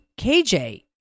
KJ